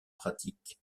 pratique